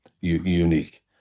unique